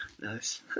Nice